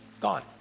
gone